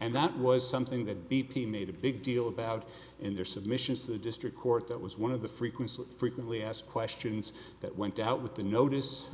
and that was something that b p made a big deal about in their submissions to the district court that was one of the frequent so frequently asked questions that went out with the notice